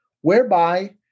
whereby